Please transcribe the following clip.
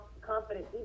confident